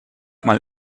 mal